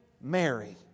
Mary